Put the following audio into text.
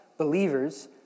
believers